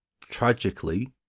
tragically